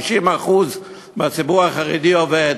60% מהציבור החרדי עובד.